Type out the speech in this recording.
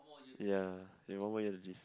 ya you have one more to gym